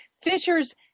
fishers